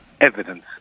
evidence